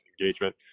engagement